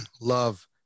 love